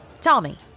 Tommy